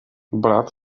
brat